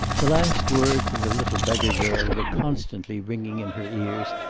the last words of the little beggar-girl were constantly ringing in her ears,